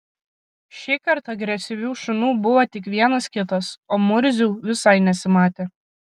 šįkart agresyvių šunų buvo tik vienas kitas o murzių visai nesimatė